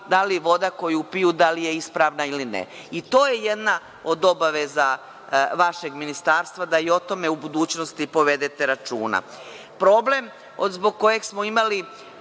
da li voda koju piju da li je ispravna ili ne i to je jedna od obaveza vašeg ministarstva da i o tome u budućnosti povedete računa. Problem zbog kojeg smo imali